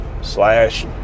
slash